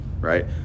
right